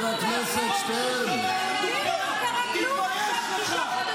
אתה לא מבין את החלק שלך?